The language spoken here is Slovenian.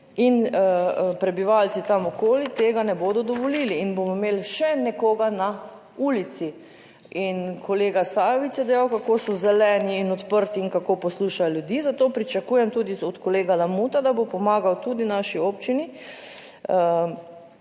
in prebivalci tam okoli tega ne bodo dovolili in bomo imeli še nekoga na ulici. In kolega Sajovic je dejal, kako so zeleni in odprti in kako poslušajo ljudi, zato pričakujem tudi od kolega Lamuta, da bo pomagal tudi naši občini,